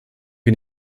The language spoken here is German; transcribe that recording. wir